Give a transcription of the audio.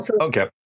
okay